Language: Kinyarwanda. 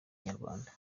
inyarwanda